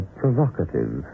provocative